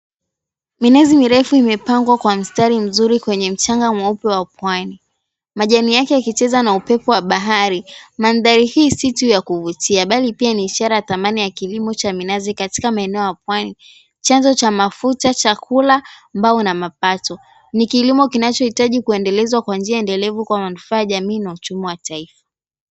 Minazi mirefu imepangwa kwa mstari mzuri kwenye mchanga mweupe wa pwani. Majani yake yakicheza na upepo wa bahari. Mandhari hii si tu ya kuvutia bali pia ni ishara ya dhamani ya kilimo cha minazi katika maeneo ya pwani, chanzo cha mafuta, chakula, mbao na mapato. Ni kilimo kinachohitaji kuendelezwa kwa njia endelevu kwa manufaa ya jamii na uchumi wa taifa.